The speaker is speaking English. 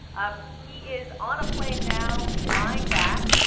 um he is on a plane now flying back.